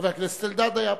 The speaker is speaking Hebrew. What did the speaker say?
חבר הכנסת אלדד היה פה.